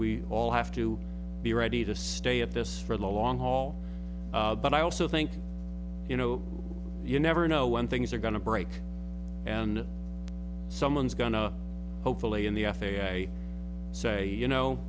we all have to be ready to stay at this for the long haul but i also think you know you never know when things are going a break and someone's going to hopefully in the f a a say you know